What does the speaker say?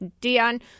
dion